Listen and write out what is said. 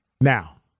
Now